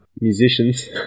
musicians